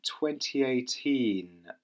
2018